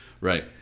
right